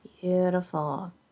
Beautiful